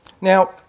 Now